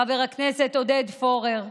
חבר הכנסת עודד פורר,